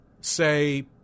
say